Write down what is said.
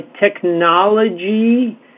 technology